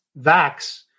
VAX